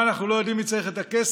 מה, אנחנו לא יודעים מי צריך את הכסף?